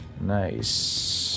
Nice